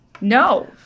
No